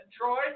Troy